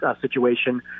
situation